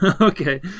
okay